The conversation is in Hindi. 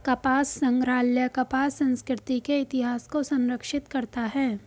कपास संग्रहालय कपास संस्कृति के इतिहास को संरक्षित करता है